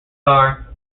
are